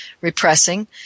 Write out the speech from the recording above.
repressing